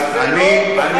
זה לא דבר של מותרות.